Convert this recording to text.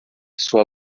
sua